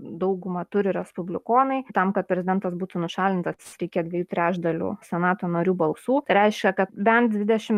daugumą turi respublikonai tam kad prezidentas būtų nušalintas reikia dviejų trečdalių senato narių balsų reiškia kad bent dvidešim